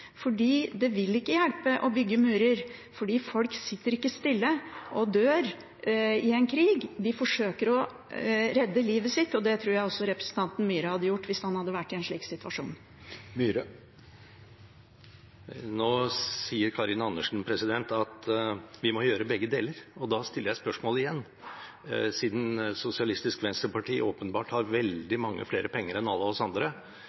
Det vil ikke hjelpe å bygge murer, for folk sitter ikke stille og dør i en krig. De forsøker å redde livet sitt, og det tror jeg også representanten Myhre hadde gjort hvis han hadde vært i en slik situasjon. Nå sier Karin Andersen at vi må gjøre begge deler. Da stiller jeg spørsmålet igjen. Siden SV åpenbart har veldig mange flere penger enn alle oss andre